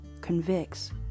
convicts